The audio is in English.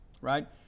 Right